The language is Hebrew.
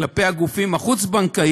מבחינת הגופים החוץ-בנקאיים,